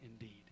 indeed